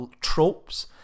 tropes